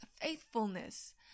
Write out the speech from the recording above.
faithfulness